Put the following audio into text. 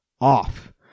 off